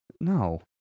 No